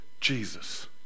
Jesus